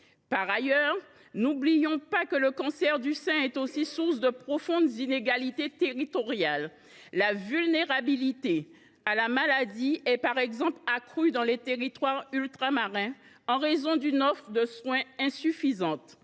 Par ailleurs, n’oublions pas que le cancer du sein est aussi source de profondes inégalités territoriales. La vulnérabilité à la maladie est, par exemple, accrue dans les territoires ultramarins, en raison d’une offre de soins insuffisante,